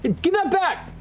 give that back!